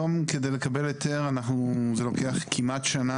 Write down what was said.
היום כדי לקבל היתר זה לוקח כמעט שנה